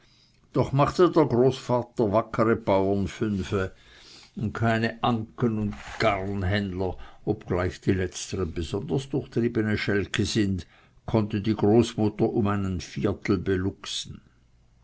doch machte der großvater wackere bauernfünfe und kein anken kein garnhändler obgleich die letztern besonders durchtriebene schalke sind konnte die großmutter um einen vierer beluxen